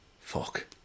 Fuck